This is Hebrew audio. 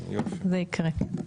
זה יקרה.